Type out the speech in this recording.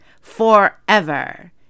forever